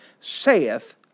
saith